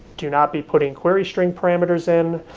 do not be putting query string parameters in.